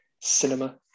cinema